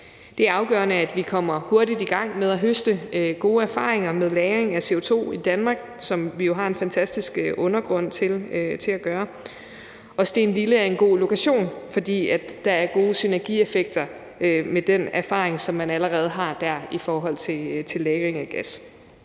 Det er afgørende, at vi kommer hurtigt i gang med at høste gode erfaringer med lagring af CO2 i Danmark, hvilket vi jo har en fantastisk undergrund til at gøre. Og Stenlille er en god lokation, fordi der er gode synergieffekter med den erfaring, man allerede har der, om lagring af gas.